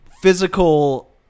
physical